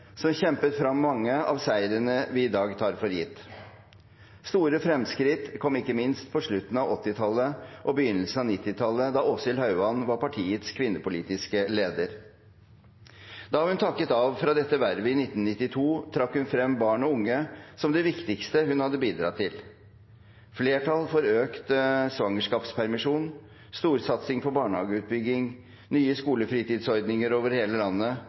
som kjempet frem mange av seirene vi i dag tar for gitt. Store fremskritt kom ikke minst på slutten av 1980-tallet og begynnelsen av 1990-tallet, da Åshild Hauan var partiets kvinnepolitiske leder. Da hun takket av fra dette vervet i 1992, trakk hun frem barn og unge som det viktigste hun hadde bidratt til: flertall for økt svangerskapspermisjon, storsatsing pa? barnehageutbygging, nye skolefritidsordninger over hele landet